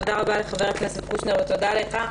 תודה רבה לחבר הכנסת קושניר ותודה לך,